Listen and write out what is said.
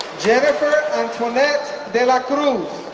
jennifer antoinette de la cruz